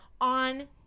on